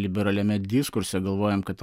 liberaliame diskurse galvojom kad